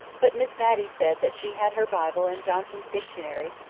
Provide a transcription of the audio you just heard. but miss matty said that she had her bible and johnson's dictionary,